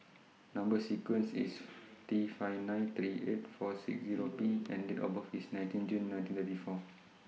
Number sequence IS T five nine three eight four six Zero P and Date of birth IS nineteen June nineteen thirty four